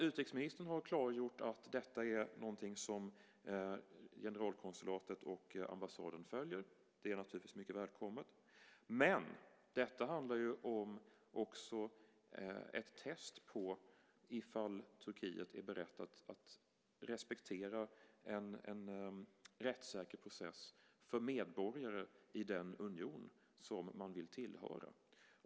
Utrikesministern har klargjort att detta är något som generalkonsulatet och ambassaden följer. Det är naturligtvis mycket välkommet. Men detta är också ett test på om Turkiet är berett att respektera en rättssäker process för medborgare i den union som man vill tillhöra.